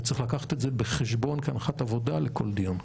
וצריך לקחת את זה בחשבון כהנחת עבודה לכל דיון.